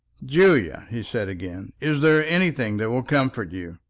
julia, he said again, is there anything that will comfort you?